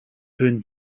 eun